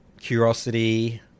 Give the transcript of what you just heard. Curiosity